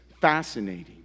fascinating